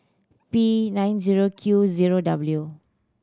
P nine zero Q zero W